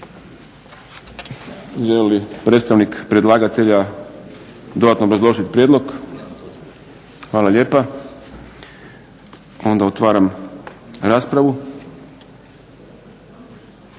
Želi li predstavnik predlagatelja dodatno obrazložiti prijedlog? Hvala lijepa. Onda otvaram raspravu.